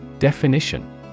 Definition